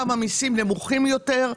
לצמודי קרקע, שם המיסים נמוכים יותר.